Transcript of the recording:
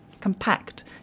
compact